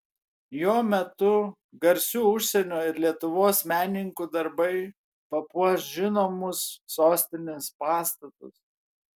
jo metu garsių užsienio ir lietuvos menininkų darbai papuoš žinomus sostinės pastatus